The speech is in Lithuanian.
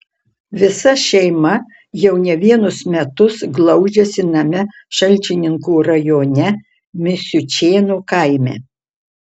visa šeima jau ne vienus metus glaudžiasi name šalčininkų rajone misiučėnų kaime